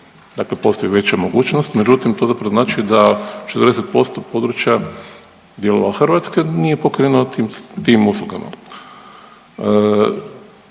Dakle, postoji veća mogućnost međutim to zapravo znači da 40% područja dijelova Hrvatske nije pokriveno tim uslugama.